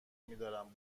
میدارم